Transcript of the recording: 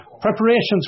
preparations